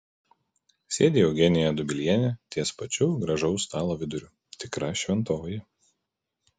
sėdi eugenija dobilienė ties pačiu gražaus stalo viduriu tikra šventoji